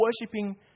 worshipping